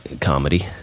comedy